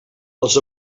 els